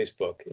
Facebook